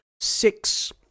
six